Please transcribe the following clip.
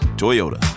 Toyota